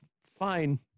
fine